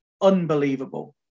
unbelievable